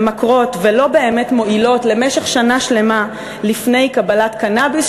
ממכרות ולא באמת מועילות במשך שנה שלמה לפני קבלת קנאביס,